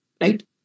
Right